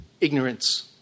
ignorance